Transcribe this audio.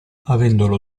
avendolo